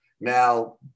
Now